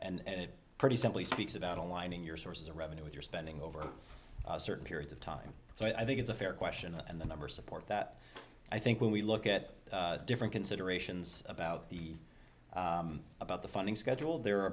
and it pretty simply speaks about aligning your sources of revenue with your spending over certain periods of time so i think it's a fair question and the numbers support that i think when we look at different considerations about the about the funding schedule there are